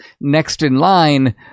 next-in-line